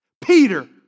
Peter